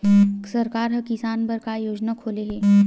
सरकार ह किसान बर का योजना खोले हे?